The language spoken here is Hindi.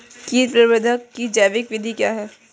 कीट प्रबंधक की जैविक विधि क्या है?